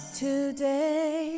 today